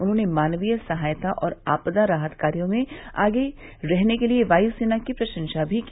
उन्होंने मानवीय सहायता और आपदा राहत कार्यो में आगे रहने के लिए वायुसेना की प्रशंसा भी की